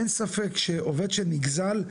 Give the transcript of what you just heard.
אין ספק שעובד שנגזל,